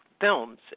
films